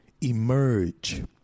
emerge